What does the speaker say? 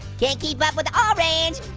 can't keep up with orange.